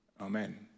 Amen